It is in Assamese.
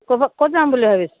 ক'ৰপৰা ক'ত যাম বুলি ভাবিছে